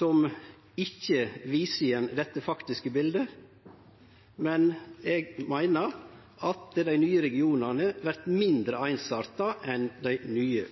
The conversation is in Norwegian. som igjen ikkje viser det faktiske bildet, men eg meiner at dei nye regionane vert mindre einsarta enn dei nye